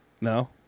No